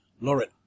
Lauren